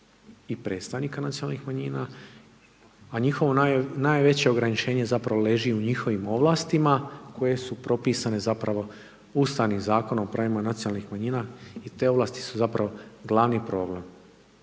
i predstavnika nacionalnih manjina, a njihovo najveće ograničenje zapravo leži u njihovim ovlastima koje su propisane zapravo Ustavnim zakonom o pravima nacionalnih manjina i te ovlasti su zapravo glavni problem.